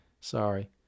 Sorry